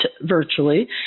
virtually